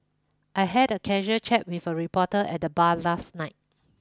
I had a casual chat with a reporter at the bar last night